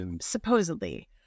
supposedly